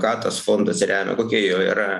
ką tas fondas remia kokia jo yra